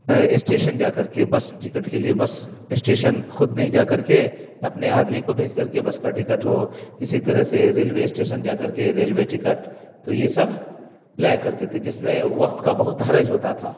station جا کر کے بس ٹکٹ کے لیے بس اسٹیشن خود نہیں جا کر کے اپنے آدمی کو بھیج کر کے بس کا ٹکٹ ہو اسی طرح سے ریلوے اسٹیشن جا کر کے ریلوے ٹکٹ تو یہ سب لایا کرتے تھے جس میں وقت کا بہت حرج ہوتا تھا